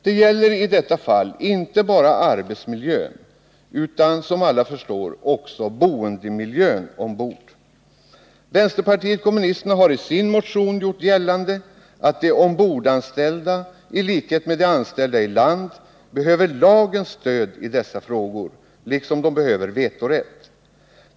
Det gäller i detta fall inte bara arbetsmiljön utan, som alla förstår, också boendemiljön ombord. Vänsterpartiet kommunisterna har i sin motion gjort gällande att de ombordanställda i likhet med anställda i land behöver lagens stöd i dessa frågor, liksom de behöver vetorätt.